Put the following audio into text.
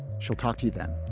she'll talk to them